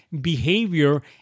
behavior